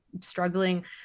struggling